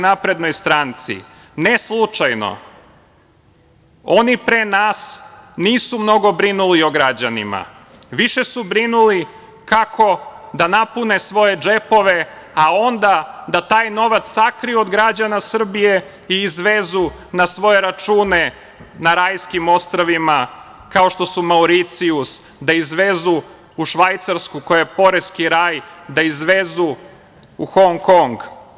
Ne, slučajno, oni pre nas nisu mnogo brinuli o građanima, više su brinuli kako da napune svoje džepove, a onda da taj novac sakriju od građana Srbije i izvezu na svoje račune na Rajskim ostrvima, kao što su Mauricijus, da izvezu u Švajcarsku, koji je poreski raj, da izvezu u Hong Kong.